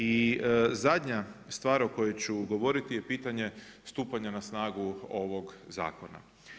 I zadnja stvar o kojoj ću govoriti je pitanje stupanje na snagu ovog zakona.